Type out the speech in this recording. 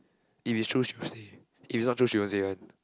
if it's true she will say if it's not true she won't say one